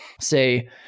say